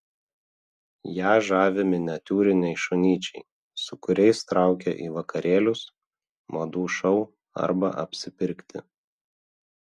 ją žavi miniatiūriniai šunyčiai su kuriais traukia į vakarėlius madų šou arba apsipirkti